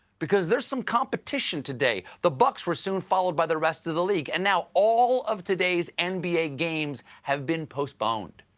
because there's some competition today. the bucks were soon followed by the rest of the league, and now all of today's n b a. games have been postponed.